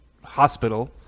hospital